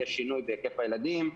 יש שינוי בהיקף הילדים.